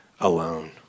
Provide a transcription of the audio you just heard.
alone